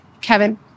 Kevin